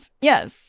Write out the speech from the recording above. Yes